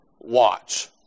watch